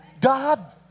god